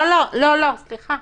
לא לא, סליחה.